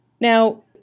Now